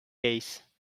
case